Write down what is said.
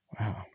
Wow